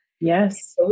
Yes